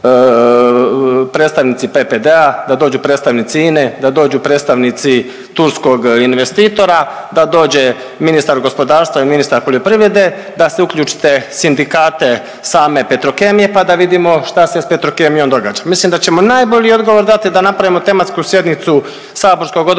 predstavnici PPD-a, da dođu predstavnici INE, da dođu predstavnici turskog investitora, da dođe ministar gospodarstva i ministar poljoprivrede, da se uključite sindikate same Petrokemije pa da vidimo šta se s Petrokemijom događa. Mislim da ćemo najbolji odgovor dati da napravimo tematsku sjednicu saborskog Odbora